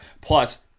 Plus